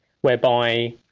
whereby